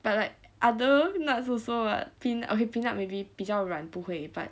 but like other nuts also what pean~ okay peanut maybe 比较软不会 but